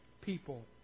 people